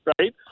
right